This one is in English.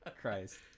Christ